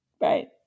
right